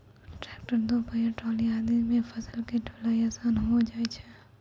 tractor, दो पहिया trolley आदि सॅ फसल के ढुलाई आसान होय जाय छै